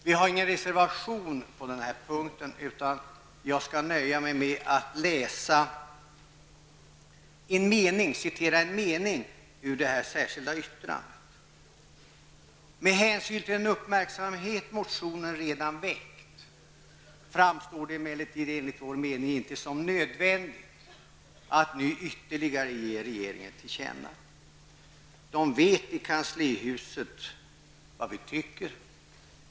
Vi har ingen reservation på denna punkt, och jag skall nöja mig med att citera en mening ur det särskilda yttrandet. Det står bl.a. följande: ''Med hänsyn till den uppmärksamhet motionen redan väckt framstår det emellertid enligt vår mening inte som nödvändigt att nu ytterligare ge regeringen detta till känna.'' I kanslihuset vet de vad vi tycker.